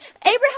Abraham